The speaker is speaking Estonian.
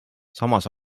samas